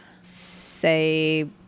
say